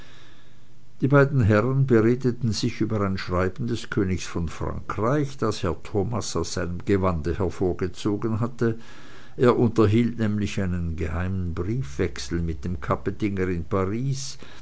die beiden herren beredeten sich über ein schreiben des königs von frankreich das herr thomas aus seinem gewande hervorgezogen hatte er unterhielt nämlich einen geheimen briefwechsel mit dem kapetinger in paris